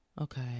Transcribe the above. Okay